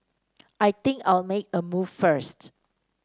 I think I'll make a move first